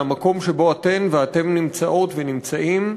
מהמקום שבו אתן ואתם נמצאות ונמצאים,